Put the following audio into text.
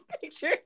picture